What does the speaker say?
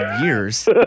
years